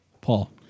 Paul